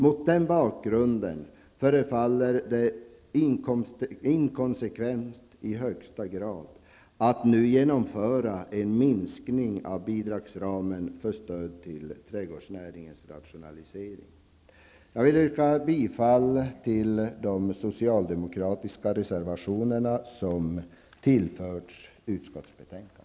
Mot den bakgrunden förefaller det i högsta grad inkonsekvent att nu genomföra en minskning av bidragsramen för stöd till trädgårdsnäringens rationalisering. Jag yrkar bifall till de socialdemokratiska reservationer som tillförts utskottsbetänkandet.